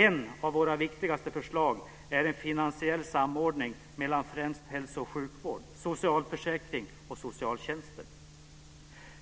Ett av våra viktigaste förslag är en finansiell samordning mellan främst hälso och sjukvård, socialförsäkring och socialtjänst,